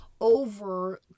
over